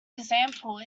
example